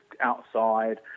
outside